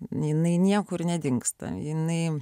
ninai niekur nedingsta jinai